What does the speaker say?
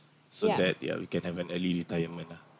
so that yup we can have an early retirement lah